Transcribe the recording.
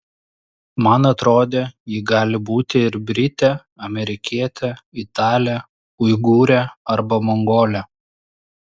man atrodė ji gali būti ir britė amerikietė italė uigūrė arba mongolė